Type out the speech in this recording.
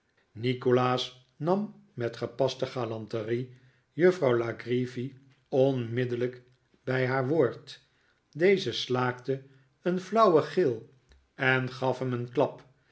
nikolaas nam met gepaste galanterie juffrouw la creevy onmiddellijk bij haar woord deze slaakte een flauwen gil en gaf hem een klap